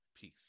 peace